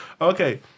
Okay